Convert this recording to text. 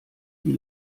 die